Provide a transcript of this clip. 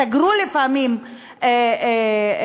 סגרו לפעמים משרדים,